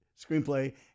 screenplay